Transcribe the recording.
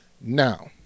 Now